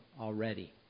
already